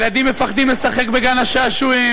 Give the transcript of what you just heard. ילדים מפחדים לשחק בגן-השעשועים,